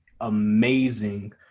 amazing